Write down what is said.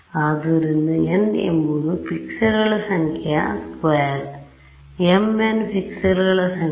ಆದ್ದರಿಂದ n ಎಂಬುದು ಪಿಕ್ಸೆಲ್ಗಳ ಸಂಖ್ಯೆಯ ಸ್ಕ್ವೇರ್ m n ಪಿಕ್ಸೆಲ್ಗಳ ಸಂಖ್ಯೆ